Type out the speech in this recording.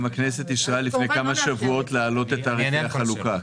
הכנסת אישרה לפני כמה שבועות להעלות את תעריפי החלוקה,